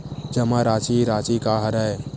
जमा राशि राशि का हरय?